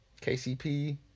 KCP